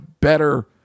better